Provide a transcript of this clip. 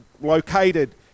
located